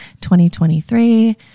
2023